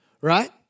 Right